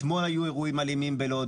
אתמול היו אירועים אלימים בלוד.